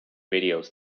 videos